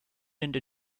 into